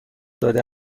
داده